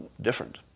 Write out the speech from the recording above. different